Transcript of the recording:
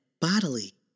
bodily